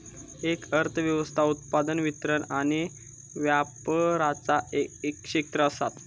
एक अर्थ व्यवस्था उत्पादन, वितरण आणि व्यापराचा एक क्षेत्र असता